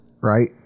right